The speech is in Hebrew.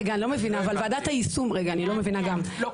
אני לא מבינה, ועדת היישום לא קמה?